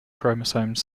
chromosome